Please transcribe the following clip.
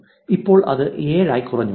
ഇപ്പോൾ അത് 7 ആയി കുറഞ്ഞു